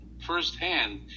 firsthand